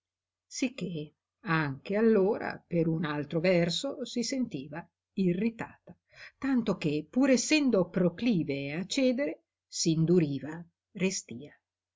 desiderato sicché anche allora per un altro verso si sentiva irritata tanto che pur essendo proclive a cedere s'induriva restía